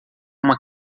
uma